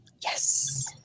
Yes